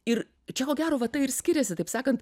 ir čia ko gerova tai ir skiriasi taip sakant